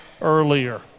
earlier